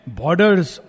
borders